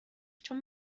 چون